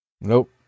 Nope